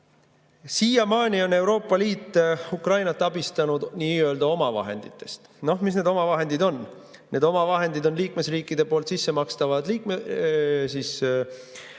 Siiamaani on Euroopa Liit Ukrainat abistanud nii‑öelda omavahenditest. Mis need omavahendid on? Need omavahendid on liikmesriikide makstavad liikmemaksud,